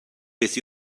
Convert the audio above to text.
beth